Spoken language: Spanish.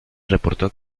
reportó